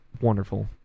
wonderful